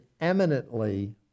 eminently